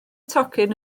tocyn